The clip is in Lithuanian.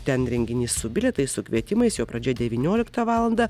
ten renginys su bilietais su kvietimais jo pradžia devynioliktą valandą